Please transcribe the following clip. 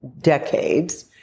decades